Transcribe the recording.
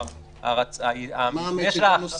מה המתג הנוסף?